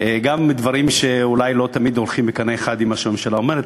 לומר גם דברים שאולי לא תמיד עולים בקנה אחד עם מה שהממשלה אומרת.